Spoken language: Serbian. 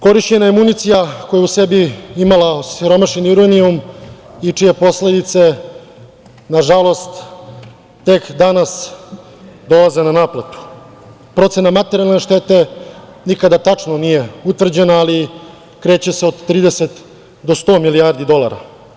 Korišćena je municija koja je u sebi imala osiromašeni uranijum, i čije posledice nažalost, tek danas dolaze na naplatu, procene materijalne štete nikada tačno nije utvrđena, ali kreće se od 30 do 100 milijardi dolara.